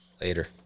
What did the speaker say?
Later